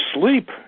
sleep